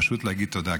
פשוט להגיד תודה,